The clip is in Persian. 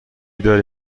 داری